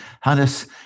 Hannes